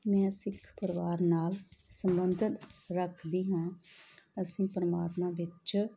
ਮੈਂ ਸਿੱਖ ਪਰਿਵਾਰ ਨਾਲ ਸੰਬੰਧ ਰੱਖਦੀ ਹਾਂ ਅਸੀਂ ਪਰਮਾਤਮਾ ਵਿੱਚ